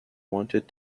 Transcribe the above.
wanted